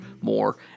more